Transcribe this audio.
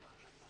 ספק.